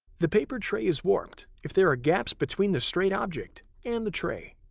the paper tray is warped if there are gaps between the straight object and the tray.